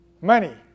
money